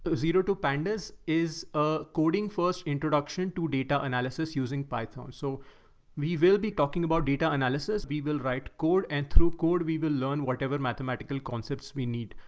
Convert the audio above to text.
ah zero to pandas is a coding first introduction to data analysis using python. so we will be talking about data analysis, we will write code and through code, we will learn whatever mathematical concepts we need.